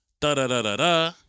da-da-da-da-da